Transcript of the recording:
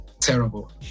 terrible